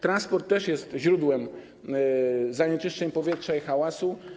Transport też jest źródłem zanieczyszczeń powietrza i hałasu.